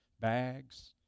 bags